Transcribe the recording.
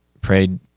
prayed